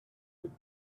would